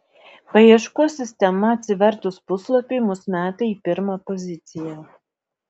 paieškos sistema atsivertus puslapiui mus meta į pirmą poziciją